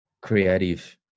creative